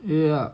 ya